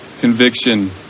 conviction